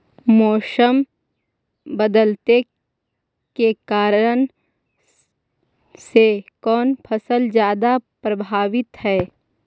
मोसम बदलते के कारन से कोन फसल ज्यादा प्रभाबीत हय?